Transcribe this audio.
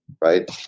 right